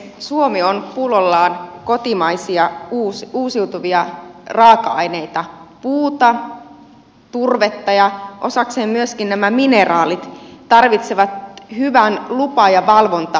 suomi on pullollaan kotimaisia uusiutuvia raaka aineita puuta turvetta ja osakseen myös nämä mineraalit tarvitsevat hyvän lupa ja valvontakäytänteen